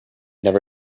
never